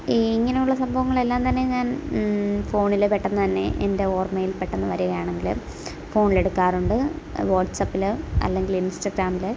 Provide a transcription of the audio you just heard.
ഈ ഇങ്ങനെയുള്ള സംഭവങ്ങൾ എല്ലാം തന്നെ ഞാൻ ഫോണിൽ പെട്ടെന്ന് തന്നെ എൻ്റെ ഓർമ്മയിൽ പെട്ടെന്ന് വരിക ആണെങ്കിൽ ഫോണിൽ എടുക്കാറുണ്ട് വാട്സാപ്പിൽ അല്ലെങ്കിൽ ഇൻസ്റ്റാഗ്രാമിൽ